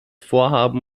vorhaben